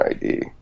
ID